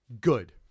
Good